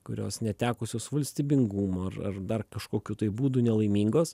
kurios netekusios valstybingumo ar ar dar kažkokiu tai būdu nelaimingos